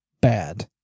bad